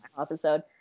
episode